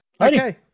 Okay